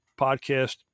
podcast